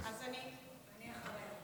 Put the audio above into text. אני אחרי.